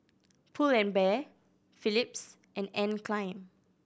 Pull And Bear Philips and Anne Klein